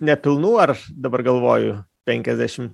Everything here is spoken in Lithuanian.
nepilnų ar dabar galvoju penkiasdešim